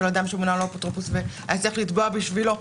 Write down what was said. אדם שמונה לו אפוטרופוס והיה צריך לתבוע בשבילו.